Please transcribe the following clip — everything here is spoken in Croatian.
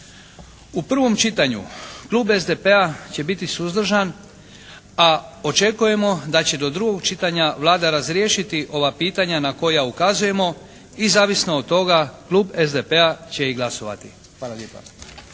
U prvom čitanju klub SDP-a će biti suzdržan, a očekujemo da će do drugog čitanja Vlada razriješiti ova pitanja na koja ukazujemo i zavisno od toga kluba SDP-a će i glasovati.